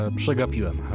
przegapiłem